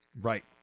Right